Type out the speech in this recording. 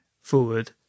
forward